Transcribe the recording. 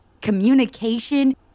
communication